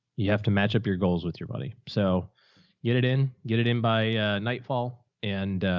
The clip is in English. you have to match up your goals with your buddy, so get it in, get it in by a nightfall. and,